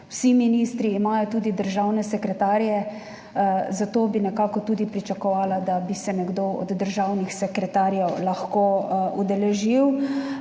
Vsi ministri imajo tudi državne sekretarje, zato bi nekako tudi pričakovala, da bi se nekdo od državnih sekretarjev lahko udeležil.